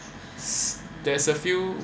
there is a few